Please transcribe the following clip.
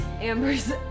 Amber's